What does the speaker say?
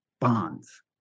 bonds